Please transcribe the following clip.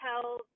tell